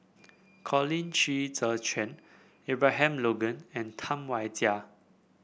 Colin Qi Zhe Quan Abraham Logan and Tam Wai Jia